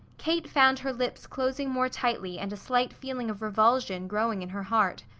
kate found her lips closing more tightly and a slight feeling of revulsion growing in her heart.